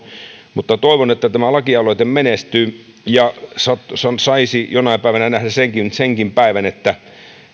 mutta toivon että tämä lakialoite menestyy ja saisi jonain päivänä nähdä senkin senkin päivän että